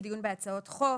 הדיון בהצעות חוק,